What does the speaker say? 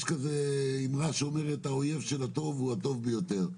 יש כזאת אמרה שאומרת "האויב של הטוב הוא הטוב ביותר",